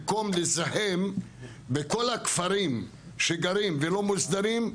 במקום לזהם בכל הכפרים שגרים ולא מוסדרים,